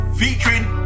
featuring